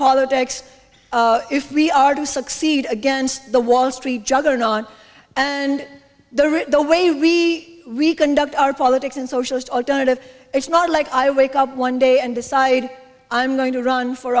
politics if we are to succeed against the wall street juggernaut and the way we we conduct our politics in socialist alternative it's not like i wake up one day and decide i'm going to run for